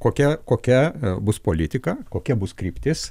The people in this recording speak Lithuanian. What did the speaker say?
kokia kokia bus politika kokia bus kryptis